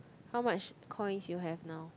how much coins you have now